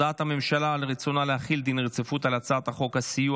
הודעת הממשלה על רצונה להחיל דין רציפות על הצעת חוק הסיוע